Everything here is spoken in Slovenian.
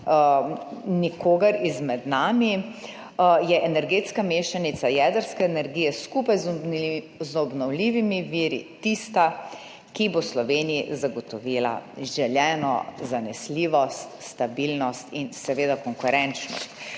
nikomer izmed nas, da je energetska mešanica jedrske energije skupaj z obnovljivimi viri tista, ki bo Sloveniji zagotovila želeno zanesljivost, stabilnost in seveda konkurenčnost.